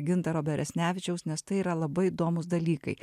gintaro beresnevičiaus nes tai yra labai įdomūs dalykai